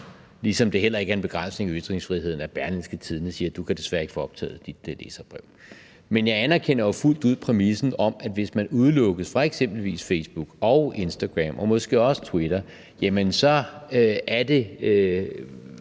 ligesom det heller ikke er en begrænsning af ytringsfriheden, at Berlingske siger, at du desværre ikke kan få optaget dit læserbrev. Men jeg anerkender jo fuldt ud præmissen om, at hvis man udelukkes fra eksempelvis Facebook og Instagram og måske også Twitter, så er de